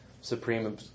supreme